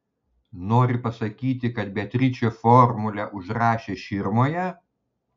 nori pasakyti kad beatričė formulę užrašė širmoje